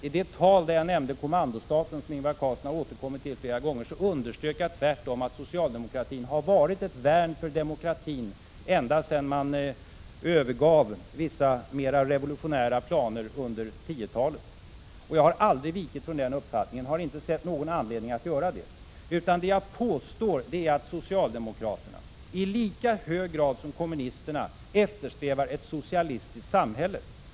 I det tal där jag nämnde kommandostaten, något som Ingvar Carlsson har återkommit till flera gånger, så underströk jag tvärtom att socialdemokratin har varit ett värn för demokratin ända sedan man övergav vissa mera revolutionära planer som fanns under 1910-talet. Jag har aldrig vikit från den uppfattningen. Jag har inte sett någon anledning att göra det. Vad jag påstår är att socialdemokraterna i lika hög grad som kommunisterna eftersträvar ett socialistiskt samhälle.